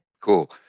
Cool